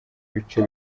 bice